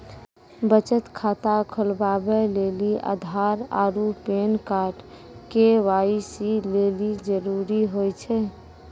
बचत खाता खोलबाबै लेली आधार आरू पैन कार्ड के.वाइ.सी लेली जरूरी होय छै